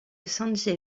sanjay